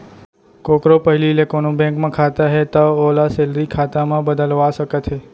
कोकरो पहिली ले कोनों बेंक म खाता हे तौ ओला सेलरी खाता म बदलवा सकत हे